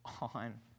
on